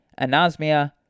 anosmia